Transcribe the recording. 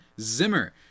Zimmer